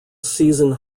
season